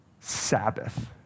Sabbath